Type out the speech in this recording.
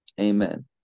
Amen